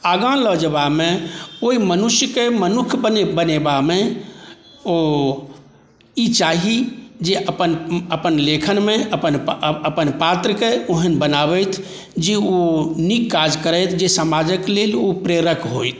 आगाँ लऽ जयबामे ओहि मनुष्यकेँ मनुष्य बनेबामे ओ ई चाही जे अपन लेखनमे अपन पात्रकेँ ओहन बनाबथि जे ओ नीक काज करथि जे समाजक लेल ओ प्रेरक होथि